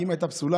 הסתכלה?